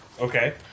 Okay